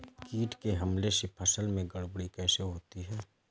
कीट के हमले से फसल में गड़बड़ी कैसे होती है?